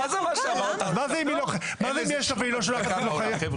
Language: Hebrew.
מה זה אם יש לה והיא לא שולחת ולא חייבת?